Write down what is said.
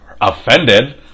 offended